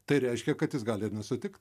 tai reiškia kad jis gali ir nesutikt